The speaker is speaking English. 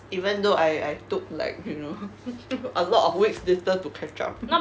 even though I I took like you know a lot of weeks later to catch up